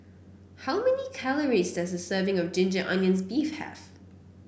how many calories does a serving of Ginger Onions beef have